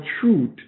truth